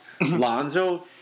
Lonzo